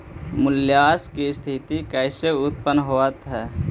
मूल्यह्रास की स्थिती कैसे उत्पन्न होवअ हई?